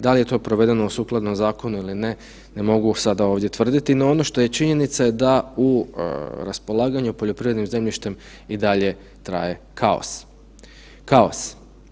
Da li je to provedeno sukladno zakonu ili ne, ne mogu sada ovdje tvrditi, no ono što je činjenica je da u raspolaganju poljoprivrednim zemljištem i dalje traje kaos.